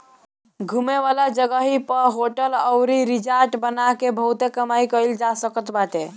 घूमे वाला जगही पअ होटल अउरी रिजार्ट बना के बहुते कमाई कईल जा सकत बाटे